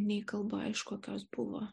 nei kalba iš kokios buvo